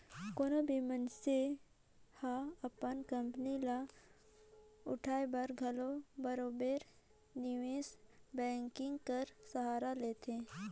कोनो भी मइनसे हर अपन कंपनी ल उठाए बर घलो बरोबेर निवेस बैंकिंग कर सहारा लेथे